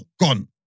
gone